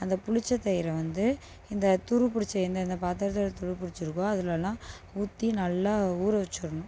அந்த புளித்த தயிரை வந்து இந்த துரு புடித்த எந்தெந்த பாத்திரத்துல துரு புடித்திருக்கோ அதுலலாம் ஊற்றி நல்லா ஊற வச்சிடணும்